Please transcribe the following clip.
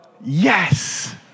yes